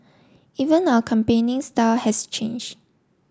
even our campaigning style has change